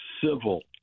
civil